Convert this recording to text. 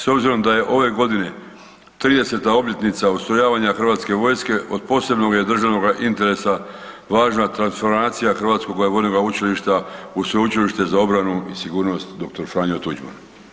S obzirom da je ove godine 30. obljetnica ustrojavanja Hrvatske vojske, od posebnoga je državnog interesa važna transformacija Hrvatskoga vojnoga učilišta u Sveučilište za obranu i sigurnost dr. Franjo Tuđman.